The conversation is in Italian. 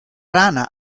rana